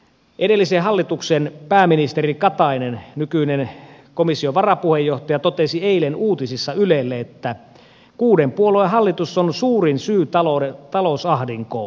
edellisen hallituksen pääministeri katainen nykyinen komission varapuheenjohtaja totesi eilen uutisissa ylelle että kuuden puolueen hallitus on suurin syy talousahdinkoon